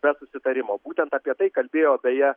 be susitarimo būtent apie tai kalbėjo beje